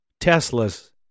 Teslas